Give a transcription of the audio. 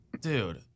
Dude